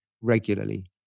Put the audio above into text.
regularly